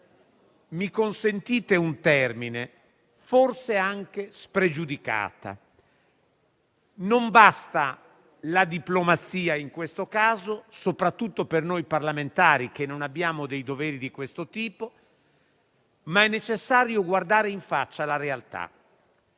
- consentitemi un termine - e forse anche spregiudicata. Non basta la diplomazia in questo caso, soprattutto per noi parlamentari che non abbiamo dei doveri di siffatto tipo, ma è necessario guardare in faccia la realtà.